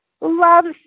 loves